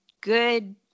good